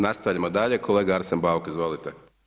Nastavljamo dalje, kolega Arsen Bauk, izvolite.